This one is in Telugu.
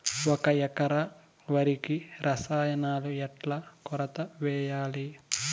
ఒక ఎకరా వరికి రసాయనాలు ఎట్లా కొలత వేయాలి?